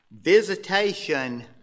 Visitation